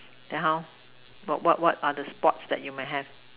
then how what what what are the sports that you may have